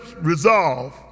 resolve